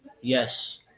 Yes